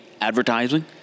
advertising